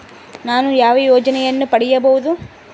ನಾನು ಯಾವ ಯೋಜನೆಯನ್ನು ಪಡೆಯಬಹುದು?